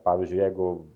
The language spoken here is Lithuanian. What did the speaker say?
pavyzdžiui jeigu